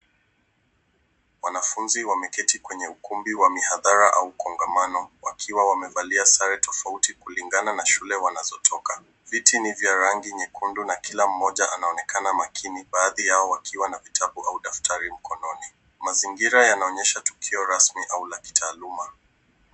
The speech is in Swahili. Wanafunzi wameketi kwenye ukumbi wa mihadhara au kongamano wakiwa wamevalia sare tofauti kulingana na shule wanazotoka. Viti ni vya rangi nyekundu na Kila mmoja anaonekana makini na baadhi yao wakiwa na vitabu au daftari mikononi. Mazingira yanaonyesha tukio rasmi au la kitaaluma.